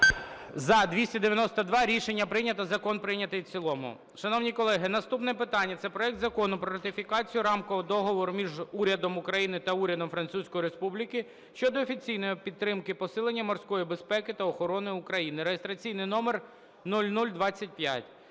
За-292 Рішення прийнято. Закон прийнятий в цілому. Шановні колеги, наступне питання це проект Закону про ратифікацію Рамкового договору між Урядом України та Урядом Французької Республіки щодо офіційної підтримки посилення морської безпеки та охорони України (реєстраційний номер 0025).